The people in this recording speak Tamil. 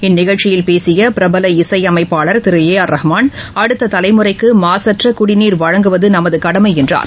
இந்நிகழ்ச்சியில் பேசிய பிரபல இசையமைப்பாளர் திரு ஏ ஆர் ரகுமான் அடுத்த தலைமுறைக்கு மாசற்ற குடிநீர் வழங்குவது நமது கடமை என்றார்